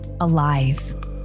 alive